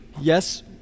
Yes